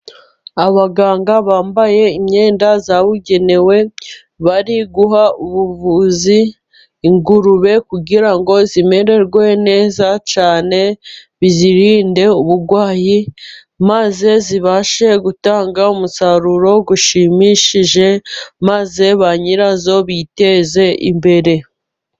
Abaganga bambaye imyenda yabugenewe bari guha ubuvuzi ingurube, kugira ngo zimererwe neza cyane bizirinde uburwayi maze zibashe gutanga umusaruro ushimishije, maze ba nyirazo biteze imbere.